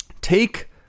take